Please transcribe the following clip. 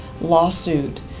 lawsuit